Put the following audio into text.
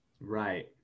Right